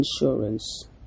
insurance